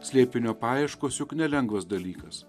slėpinio paieškos juk nelengvas dalykas